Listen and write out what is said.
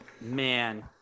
Man